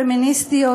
פמיניסטיות,